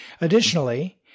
Additionally